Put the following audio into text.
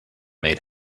made